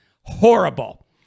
Horrible